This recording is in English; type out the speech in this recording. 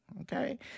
okay